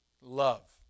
love